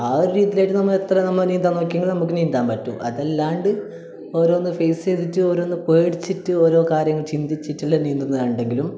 ആ ഒരു രീതിയിലായിട്ട് നമ്മൾ എത്ര നമ്മൾ നീന്താൻ നോക്കിയാലും നമുക്ക് നീന്താൻ പറ്റും അതല്ലാണ്ട് ഓരോന്ന് ഫേസ് ചെയ്തിട്ട് ഓരോന്ന് പേടിച്ചിട്ട് ഓരോ കാര്യങ്ങൾ ചിന്തിച്ചിട്ട് എല്ലാം നീന്തുന്ന ഉണ്ടെങ്കിലും